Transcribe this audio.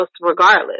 regardless